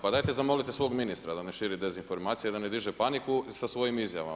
Pa dajte zamolite svog ministra da ne širi dezinformacije, da ne diže paniku sa svojim izjavama.